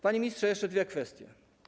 Panie ministrze, jeszcze dwie kwestie.